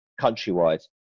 countrywide